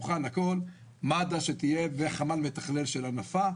מד"א וחמ"ל מתכלל של הנפה.